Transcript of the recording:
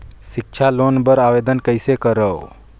सिक्छा लोन बर आवेदन कइसे करव?